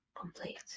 complete